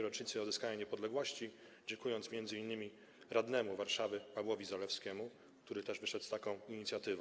Rocznicy Odzyskania Niepodległości, dziękując m.in. radnemu Warszawy Pawłowi Zalewskiemu, który też wyszedł z taką inicjatywą.